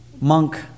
monk